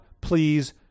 Please